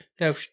no